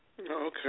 Okay